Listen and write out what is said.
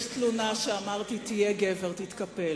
יש תלונה שאמרתי, תהיה גבר, תתקפל.